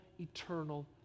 eternal